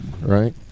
right